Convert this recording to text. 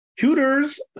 Hooters